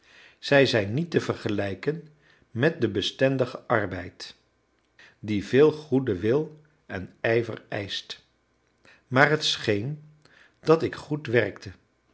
zij zijn niet te vergelijken met den bestendigen arbeid die veel goeden wil en ijver eischt maar het scheen dat ik goed werkte